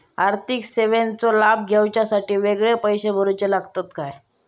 आर्थिक सेवेंचो लाभ घेवच्यासाठी वेगळे पैसे भरुचे लागतत काय?